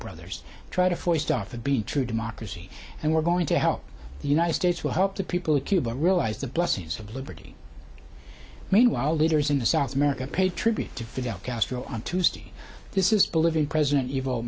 brothers try to foist off to be true democracy and we're going to help the united states will help the people of cuba realize the blessings of liberty meanwhile leaders in the south america pay tribute to fidel castro on tuesday this is bolivian president ev